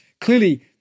clearly